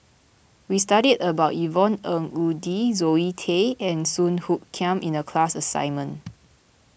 we studied about Yvonne Ng Uhde Zoe Tay and Song Hoot Kiam in the class assignment